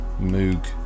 Moog